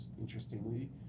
interestingly